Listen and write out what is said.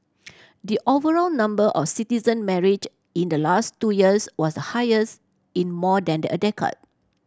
the overall number of citizen marriage in the last two years was the highest in more than the a decade